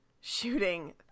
shooting